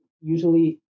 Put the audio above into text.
usually